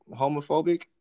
homophobic